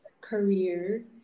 career